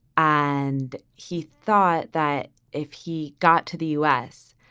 and he thought that if he got to the u s,